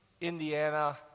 Indiana